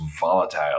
volatile